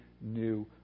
new